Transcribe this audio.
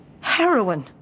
Heroin